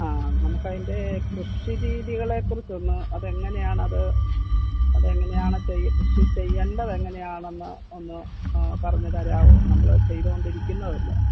ആ നമുക്ക് അതിന്റെ കൃഷി രീതികളേക്കുറിച്ചൊന്ന് അതെങ്ങനെയാണത് അത് എങ്ങനെയാണ് ചെയ്യുക കൃഷി ചെയ്യണ്ടതെങ്ങനെയാണെന്ന് ഒന്ന് പറഞ്ഞ് തരാവോ നമ്മള് ചെയ്തോണ്ടിരിക്കുന്നതല്ലേ